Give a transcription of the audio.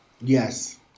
Yes